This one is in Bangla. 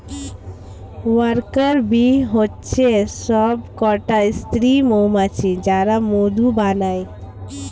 ওয়ার্কার বী হচ্ছে সবকটা স্ত্রী মৌমাছি যারা মধু বানায়